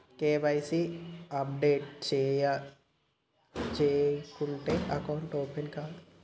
KYC updation చేయకుంటే account open కాదా?